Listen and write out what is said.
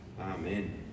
amen